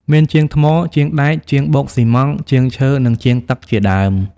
មានជាងថ្ម ជាងដែក ជាងបូកស៊ីម៉ង់ត៍ ជាងឈើ និងជាងទឹកជាដើម។